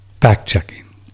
fact-checking